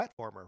platformer